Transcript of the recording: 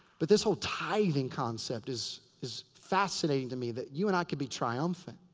but this whole tithing concept is is fascinating to me. that you and i can be triumphant.